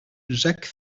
jacques